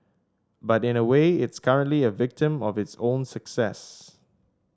but in a way it's currently a victim of its own success